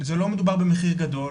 זה לא מדובר במחיר גדול,